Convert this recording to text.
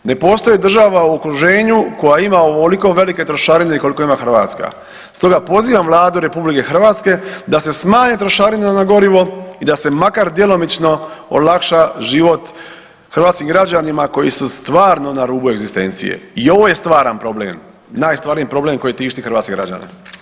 Ne postoji država u okruženju koja ima ovoliko velike trošarine koliko ima Hrvatska, stoga pozivam Vladu RH da se smanje trošarine na gorivo i da se makar djelomično olakša život hrvatskim građanima koji su stvarno na rubu egzistencije i ovo je stvaran problem, najstvarniji problem koji tišti hrvatske građane.